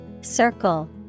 Circle